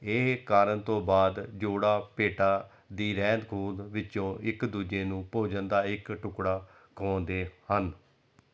ਇਹ ਕਰਨ ਤੋਂ ਬਾਅਦ ਜੋੜਾ ਭੇਟਾਂ ਦੀ ਰਹਿੰਦ ਖੂੰਹਦ ਵਿੱਚੋਂ ਇੱਕ ਦੂਜੇ ਨੂੰ ਭੋਜਨ ਦਾ ਇੱਕ ਟੁਕੜਾ ਖੁਆਉਂਦੇ ਹਨ